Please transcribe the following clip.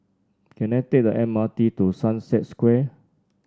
can I take the M R T to Sunset Square